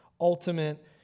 ultimate